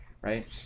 right